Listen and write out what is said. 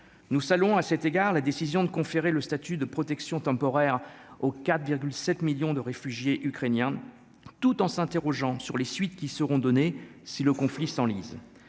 nous saluons à cet égard la décision de conférer le statut de protection temporaire aux 4 7 millions de réfugiés ukrainiens, tout en s'interrogeant sur les suites qui seront données, si le conflit s'enlise.